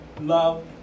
love